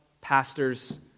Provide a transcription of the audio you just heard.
pastors